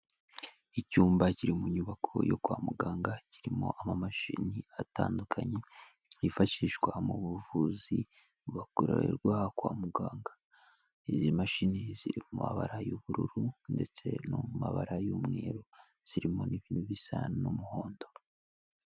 Icyumba kiri mu nyubako yo kwa muganga, kirimo amamashini atandukanye, yifashishwa mu buvuzi bukorerwa kwa muganga. Izi mashini ziri mu mabara y'ubururu ndetse no mu mabara y'umweru, zirimo n'ibintu bisa n'umuhondo.